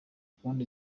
kundi